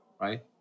right